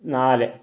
നാല്